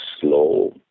slow